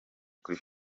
kuri